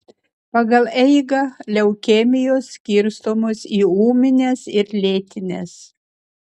pagal eigą leukemijos skirstomos į ūmines ir lėtines